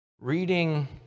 reading